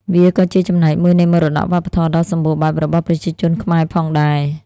វាក៏ជាចំណែកមួយនៃមរតកវប្បធម៌ដ៏សម្បូរបែបរបស់ប្រជាជនខ្មែរផងដែរ។